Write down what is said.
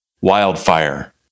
Wildfire